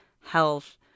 health